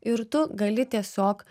ir tu gali tiesiog